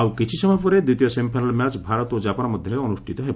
ଆଉ କିଛି ସମୟ ପରେ ଦ୍ୱିତୀୟ ସେମିଫାଇନାଲ ମ୍ୟାଚ ଭାରତ ଓ ଜାପାନ ମଧ୍ଧରେ ଅନୁଷ୍ଟିତ ହେବ